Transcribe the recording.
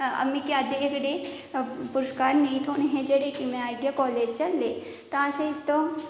मिकी अज्ज एह् जेह्ड़े पुरस्कार नेईं थ्होने हे जेह्ड़े कि में काालेज च ले तां असें इस तू